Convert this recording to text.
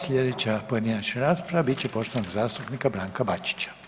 Sljedeća pojedinačna rasprava bit će poštovanog zastupnika Branka Bačića.